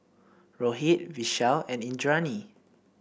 Rohit Vishal and Indranee